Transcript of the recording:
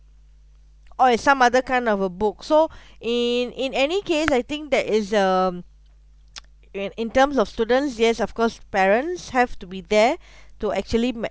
or it's some other kind of a book so in in any case I think that is um in in terms of students yes of course parents have to be there to actually